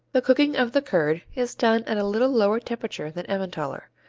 the cooking of the curd is done at a little lower temperature than emmentaler,